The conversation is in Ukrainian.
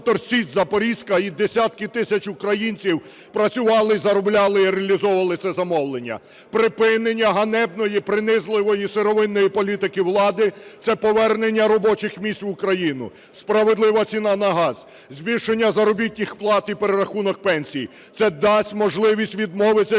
Січ" запорізька і десятки тисяч українців працювали і заробляли, і реалізовували це замовлення. Припинення ганебної принизливої сировинної політики влади - це повернення робочих місць в Україну, справедлива ціна на газ, збільшення заробітних плат і перерахунок пенсій, це дасть можливість відмовитися від